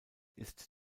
ist